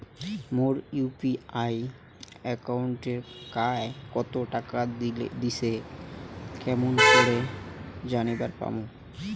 মোর UPI একাউন্টে কায় কতো টাকা দিসে কেমন করে জানিবার পামু?